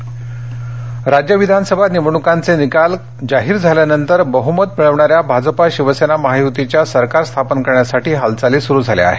सरकार हालचाली राज्य विधानसभा निवडणुकांचे निकाल काल जाहीर झाल्यानंतर बहुमत मिळवणाऱ्या भाजप शिवसेना महायुतीच्या सरकार स्थापन करण्यासाठी हालचाली सुरू आहेत